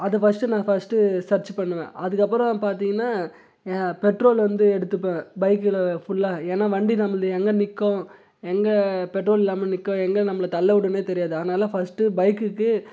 அதை ஃபஸ்ட்டு நான் first search பண்ணுவேன் அதுக்கப்புறம் பார்த்தீங்கன்னா ஏன் பெட்ரோல் வந்து எடுத்துப்பேன் பைக்கில் ஃபுல்லாக ஏன்னால் வண்டி நம்மளுது எங்கே நிற்கும் எங்கே பெட்ரோல் இல்லாமல் நிற்கும் எங்கே நம்மளை தள்ள விடுனே தெரியாது அதனால் ஃபஸ்ட்டு பைக்குக்கு